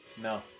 No